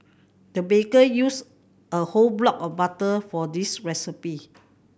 the baker used a whole block of butter for this recipe